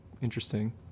interesting